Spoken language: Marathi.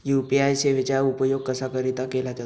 यू.पी.आय सेवेचा उपयोग कशाकरीता केला जातो?